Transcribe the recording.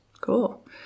cool